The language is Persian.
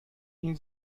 این